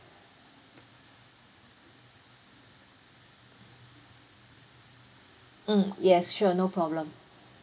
mm yes sure no problem